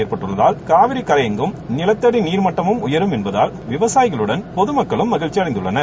எற்பட்டுள்ளதால் காவிரி கரையெங்கும் நிலத்தட நீர்மட்டமும் உயரும் என்பதால் விவசாயிகளுடன் பொது மக்களும் மகிழ்க்சி அடைந்துள்ளனர்